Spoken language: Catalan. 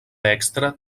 extra